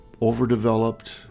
overdeveloped